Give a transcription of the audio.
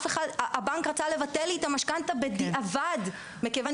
הבנק רצה לבטל את המשכנתא שלי בדיעבד כיוון